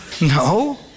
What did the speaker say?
No